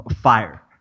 fire